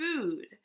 food